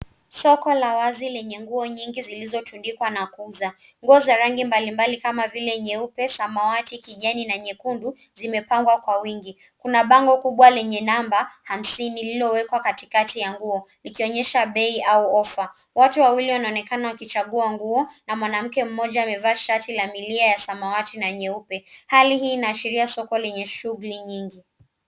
Soko la wazi lenye nguo nyingi zilizotundikwa na kuuza. Nguo za rangi mbalimbali kama vile nyeupe, samawati, kijani na nyekundu zimepangwa kwa wingi. Kuna bango kubwa lenye namba hamsini liliowekwa katikati ya nguo likionyesha bei au offer . Watu wawili wanaonekana wakichagua nguo na mwanamke mmoja amevaa shati la milia ya samawati na nyeupe. Hali hii inaashiria soko lenye shughuli nyingi.